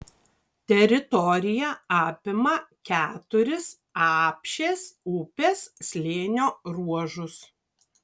teritorija apima keturis apšės upės slėnio ruožus